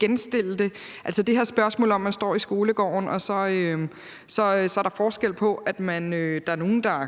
det her spørgsmål om, at man står i skolegården, og at så er der forskel på, at der er nogen, der